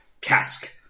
cask